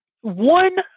One